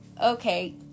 okay